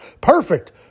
Perfect